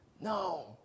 No